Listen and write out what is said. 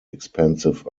expensive